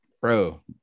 Bro